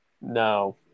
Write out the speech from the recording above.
No